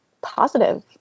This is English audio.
positive